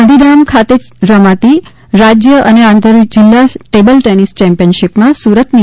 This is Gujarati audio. ગાંધીધામ ખાતે રમાતી રાજ્ય અને આંતરજિલ્લા ટેબલ ટેનિસ ચેમ્પીયનશીપમાં સુરતની